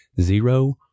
zero